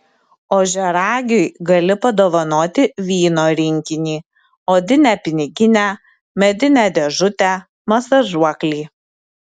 ožiaragiui gali padovanoti vyno rinkinį odinę piniginę medinę dėžutę masažuoklį